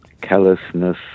callousness